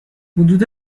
حدود